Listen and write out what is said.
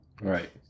Right